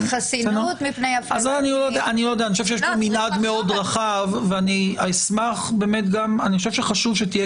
אני חושב שיש כאן מנעד מאוד רחב ואני חושב שחשוב שתהיה